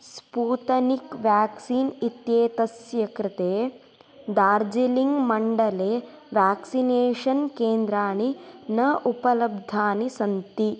Sputnik vaccine इत्येतस्य कृते दार्जीलिङ्ग् मण्डले व्याक्सिनेषन् केन्द्राणि न उपलब्धानि सन्ति